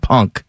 Punk